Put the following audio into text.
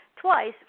twice